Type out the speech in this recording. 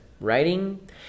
writing